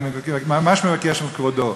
אני ממש מבקש מכבודו.